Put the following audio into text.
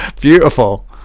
Beautiful